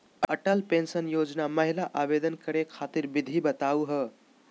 Atal pension योजना महिना आवेदन करै खातिर विधि बताहु हो?